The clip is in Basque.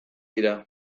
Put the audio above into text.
dira